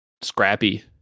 scrappy